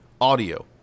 audio